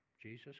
Jesus